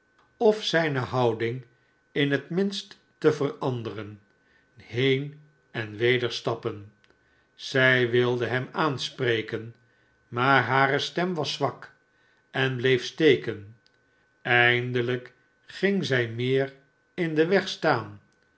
of zijne houding in het minst te veranderen heen en weder stappen zij wilde hem aanspreken maar hare stem was zwak en bleef steken eindelijk ging zij meer in den weg staan